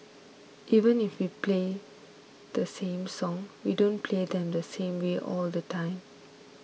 even if we play the same songs we don't play them the same way all the time